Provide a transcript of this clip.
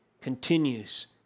continues